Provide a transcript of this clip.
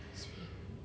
suay